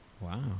wow